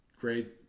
great